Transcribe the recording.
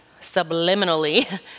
subliminally